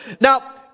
Now